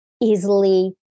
Easily